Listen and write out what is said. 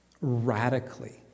radically